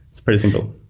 it's pretty simple